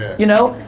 you know?